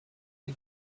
you